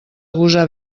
gosar